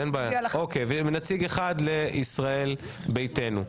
מהליכוד, ונציג אחד לישראל ביתנו.